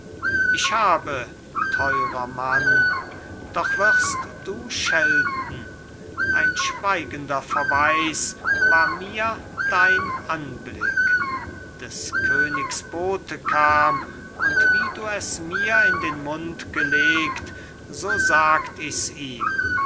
ich habe theurer mann doch wirst du schelten ein schweigender verweis war mir dein anblick des königs bote kam und wie du es mir in den mund gelegt so sagt ich's ihm